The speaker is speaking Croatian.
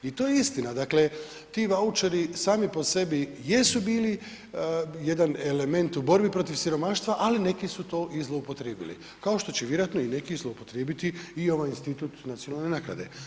I to je istina, dakle, ti vaučeri sami po sebi jesu bili jedan element u borbi protiv siromaštva, ali neki su to i zloupotrijebili, kao što će vjerojatno i neki zloupotrijebiti i ovaj institut nacionalne naknade.